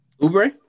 Uber